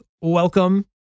Welcome